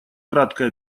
краткое